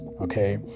okay